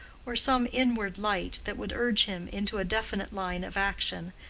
or some inward light, that would urge him into a definite line of action,